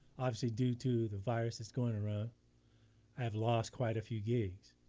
obviously due to the virus that's going around, i have lost quite a few gigs.